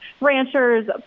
ranchers